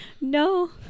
no